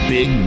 Big